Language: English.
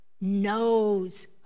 knows